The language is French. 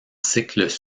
cycles